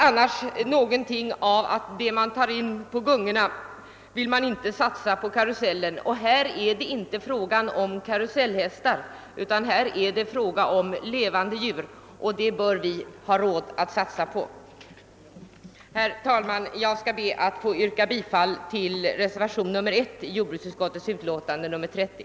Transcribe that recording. Annars blir intrycket att det man tar in på gungorna vill man inte satsa på karusellen. Och här är det inte fråga om karusellhästar utan om levande djur. Detta bör vi ha råd att satsa Herr talman! Jag ber att få yrka bifall till reservationen 1 vid jordbruksutskottets utlåtande nr 30.